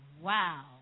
Wow